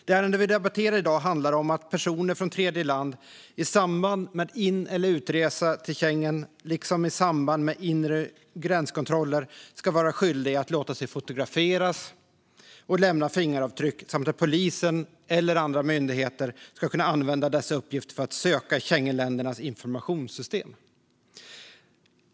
Det ärende vi debatterar i dag handlar om att personer från tredjeland i samband med in eller utresa till Schengen liksom i samband med inre gränskontroller ska vara skyldiga att låta sig fotograferas och lämna fingeravtryck samt att polisen eller andra myndigheter ska kunna använda dessa uppgifter för att söka i Schengenländernas informationssystem.